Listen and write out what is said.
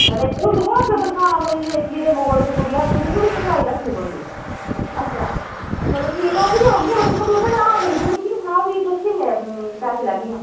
ते हून दिक्खोआं अग्गें बरसांत औनी ते कीड़े मकौड़े ते बुरी हालत होंदी थोह्ड़ी सफाई रक्खनी पौंदी अच्छा चलो ठीक ऐ तुस गै औह्गियां दिक्खो तुसें ते हां करी ओड़ी मिकी बी सनाओ भी तुस किन्ने पैसे लैह्गियां